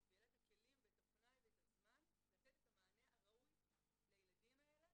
ויהיה לה את הכלים ואת הפנאי ואת הזמן לתת את המענה הראוי לילדים האלה.